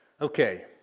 Okay